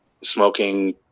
smoking